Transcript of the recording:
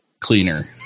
cleaner